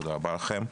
תודה רבה לכם.